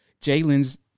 Jalen's